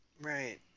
right